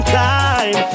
time